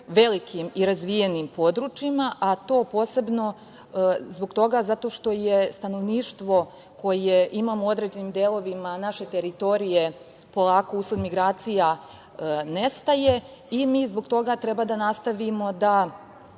velikim i razvijenim područjima, a to posebno zbog toga zato što je stanovništvo koje imamo u određenim delovima naše teritorije polako usled migracija nestaje i mi zbog toga treba da nastavimo da